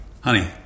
Honey